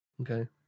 Okay